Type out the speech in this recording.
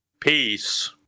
Peace